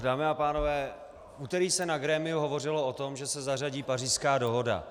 Dámy a pánové, v úterý se na grémiu hovořilo o tom, že se zařadí Pařížská dohoda.